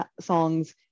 songs